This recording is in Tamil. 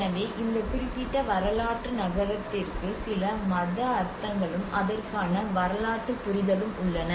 எனவே இந்த குறிப்பிட்ட வரலாற்று நகரத்திற்கு சில மத அர்த்தங்களும் அதற்கான வரலாற்று புரிதலும் உள்ளன